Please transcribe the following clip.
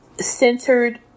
centered